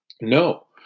No